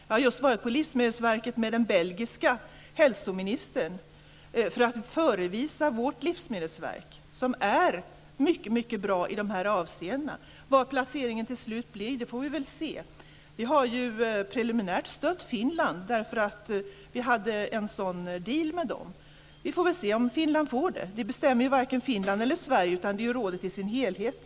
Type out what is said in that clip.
Jag har just varit på Livsmedelsverket med den belgiska hälsoministern för att förevisa vårt livsmedelsverk som är mycket bra i dessa avseenden. Var placeringen till slut blir får vi väl se. Vi har ju preliminärt stött Finland, eftersom vi hade en sådan deal. Vi får väl se om Finland får det här. Det bestämmer varken Finland eller Sverige utan rådet i dess helhet.